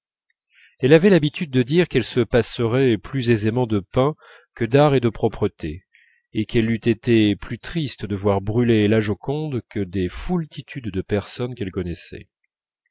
elle avait l'habitude de dire qu'elle se passerait plus aisément de pain que d'art et de propreté et qu'elle eût été plus triste de voir brûler la joconde que des foultitudes de personnes qu'elle connaissait